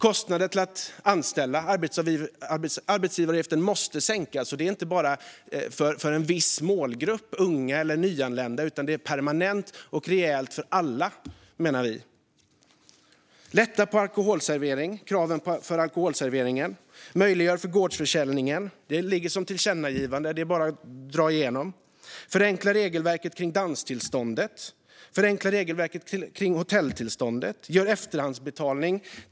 Vidare måste arbetsgivaravgiften sänkas. Det gäller inte bara för en viss målgrupp, unga eller nyanlända, utan det ska vara permanent och rejält för alla. Sedan föreslår vi lättade krav i fråga om alkoholservering och att möjliggöra gårdsförsäljning. Detta finns som ett föreslaget tillkännagivande, så det är bara att dra igenom. Vidare föreslår vi att förenkla regelverket för danstillstånd och hotelltillstånd.